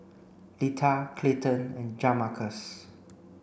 Lita Clayton and Jamarcus